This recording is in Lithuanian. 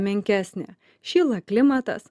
menkesnė šyla klimatas